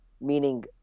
Meaning